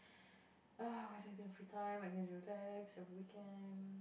what do you do in your free time what do you do to relax every weekend